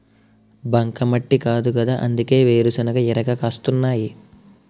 బంకమట్టి కాదుకదా అందుకే వేరుశెనగ ఇరగ కాస్తున్నాయ్